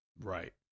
Right